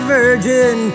virgin